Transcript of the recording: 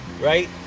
right